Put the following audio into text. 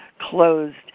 closed